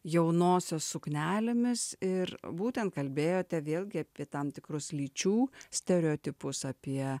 jaunosios suknelėmis ir būtent kalbėjote vėlgi apie tam tikrus lyčių stereotipus apie